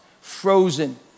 frozen